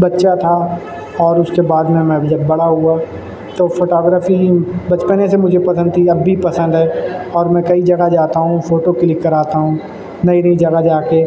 بچہ تھا اور اس کے بعد میں میں جب میں بڑا ہوا تو فوٹوگرافی بچپنے سے مجھے پسند تھی اب بھی پسند ہے اور میں کئی جگہ جاتا ہوں فوٹو کلک کراتا ہوں نئی نئی جگہ جا کے